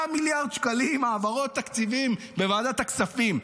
מיליארד שקלים העברות תקציבים בוועדת הכספים,